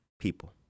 people